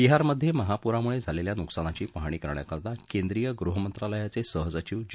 बिहारमध्ये महापूरामुळे झालेल्या नुकसानाची पाहणी करण्याकरता केंद्रीय गृहमंत्रालयाचे सहसचिव जी